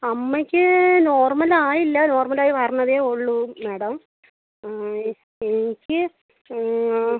അമ്മയ്ക്ക് നോർമൽ ആയില്ല നോർമലായി വരണതേ ഉള്ളൂ മാഡം ആ എനിക്ക്